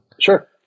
sure